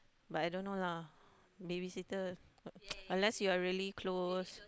but I don't know lah babysitter unless you are really close